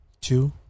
Two